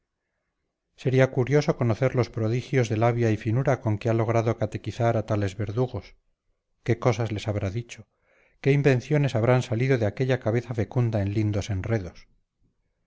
sería curioso conocer los prodigios de labia y finura con que ha logrado catequizar a tales verdugos qué cosas les habrá dicho qué invenciones habrán salido de aquella cabeza fecunda en lindos enredos